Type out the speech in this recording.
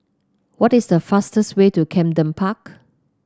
what is the fastest way to Camden Park